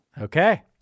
Okay